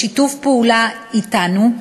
בשיתוף פעולה אתנו,